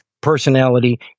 personality